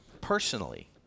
personally